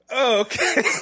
okay